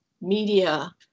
media